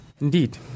Indeed